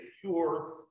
pure